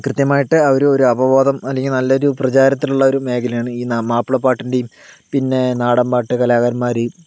കൃത്യമായിട്ട് അവര് ഒരു അവബോധം അല്ലെങ്കി നല്ലൊരു പ്രചാരത്തിലുള്ള മേഖലയാണ് ഈ മാപ്പിളപ്പാട്ടിൻറ്റെം പിന്നെ നാടൻ പാട്ട് കലാകാരന്മാര്